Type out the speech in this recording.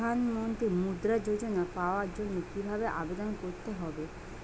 প্রধান মন্ত্রী মুদ্রা যোজনা পাওয়ার জন্য কিভাবে আবেদন করতে হবে?